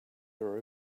her